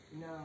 No